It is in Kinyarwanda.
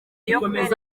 ikomeye